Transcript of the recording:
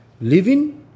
living